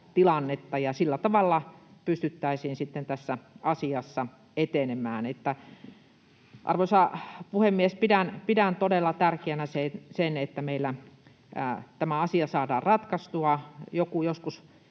ja sillä tavalla pystyttäisiin sitten tässä asiassa etenemään. Arvoisa puhemies! Pidän todella tärkeänä, että meillä tämä asia saadaan ratkaistua.